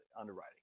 underwriting